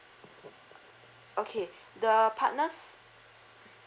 okay the partners